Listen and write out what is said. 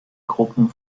gruppen